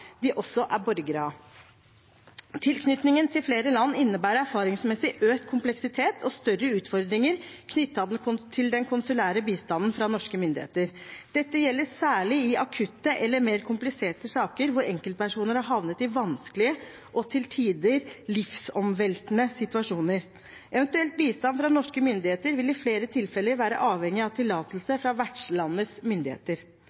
de også er borgere av.» Videre: «Tilknytning til flere land innebærer erfaringsmessig økt kompleksitet og større utfordringer knyttet til den konsulære bistanden fra norske myndigheter.» Og videre: «Dette gjelder særlig i akutte eller mer kompliserte saker hvor enkeltpersoner har havnet i vanskelige og til tider livsomveltende situasjoner. Eventuell bistand fra norske myndigheter vil i flere tilfeller være avhengig av tillatelse fra vertslandets myndigheter.»